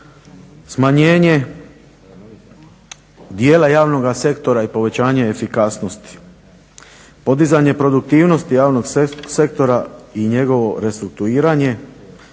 Smanjenje djela javnoga sektora i povećanje efikasnosti, podizanje produktivnosti javnog sektora i njegovo restrukturiranje